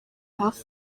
hafi